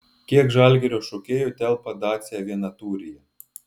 kiek žalgirio šokėjų telpa dacia vienatūryje